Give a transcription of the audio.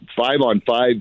five-on-five